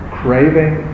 craving